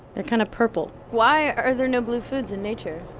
they're kind of purple why are there no blue foods in nature?